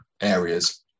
areas